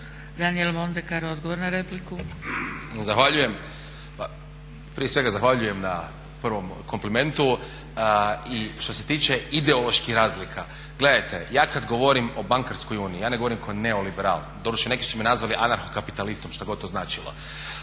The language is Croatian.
**Mondekar, Daniel (SDP)** Zahvaljujem. Prije svega zahvaljujem na prvom komplimentu. I što se tiče ideoloških razlika, gledajte, ja kad govorim o bankarskoj uniji ja ne govorim kao neoliberal, doduše neki su me nazvali anarhokapitalistom, šta god to značilo.